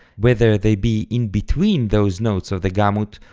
whether they be in between those notes of the gamut,